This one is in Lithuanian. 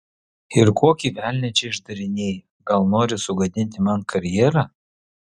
ir kokį velnią čia išdarinėji gal nori sugadinti man karjerą